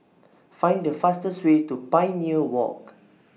Find The fastest Way to Pioneer Walk